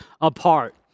apart